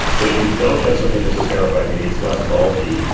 but if you don't have something that's esterified, meaning it's less bulky,